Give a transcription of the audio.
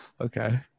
Okay